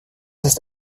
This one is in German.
ist